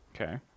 okay